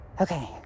Okay